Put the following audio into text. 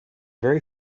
very